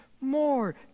more